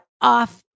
off